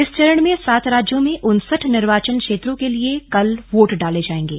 इस चरण में सात राज्यों में उनसठ निर्वाचन क्षेत्रों के लिये कल वोट डाले जायेंगे